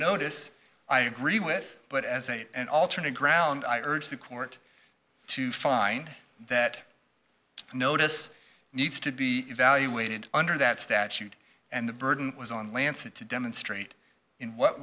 notice i agree with but as an alternate ground i urge the court to find that notice needs to be evaluated under that statute and the burden was on the lancet to demonstrate in what